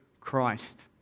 Christ